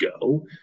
go